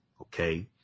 okay